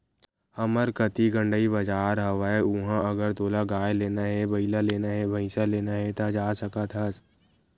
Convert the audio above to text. हमर कती गंड़ई बजार हवय उहाँ अगर तोला गाय लेना हे, बइला लेना हे, भइसा लेना हे ता जा सकत हस